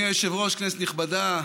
אדוני היושב-ראש, כנסת נכבדה,